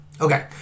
Okay